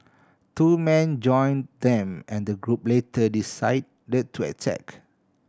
two men join them and the group later decide the to attack